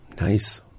nice